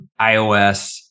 iOS